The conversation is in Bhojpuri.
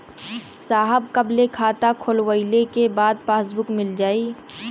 साहब कब ले खाता खोलवाइले के बाद पासबुक मिल जाई?